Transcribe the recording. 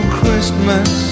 Christmas